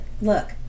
look